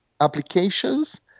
applications